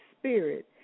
Spirit